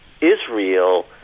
Israel